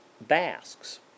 Basques